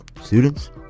students